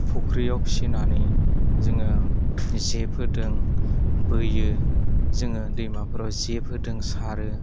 फख्रियाव फिसिनानै जोङो जेफोरजों बोयो जोङो दैमाफोराव जेफोरजों सारो